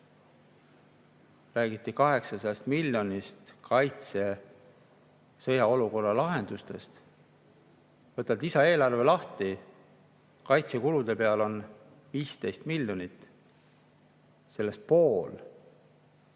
Räägiti 800 miljonist kaitse-, sõjaolukorra lahendustest. Võtad lisaeelarve lahti: kaitsekulude real on 15 miljonit. Sellest pool